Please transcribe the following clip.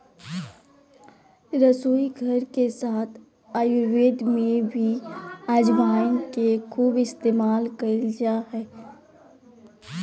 रसोईघर के साथ आयुर्वेद में भी अजवाइन के खूब इस्तेमाल कइल जा हइ